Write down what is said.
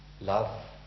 love